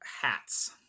hats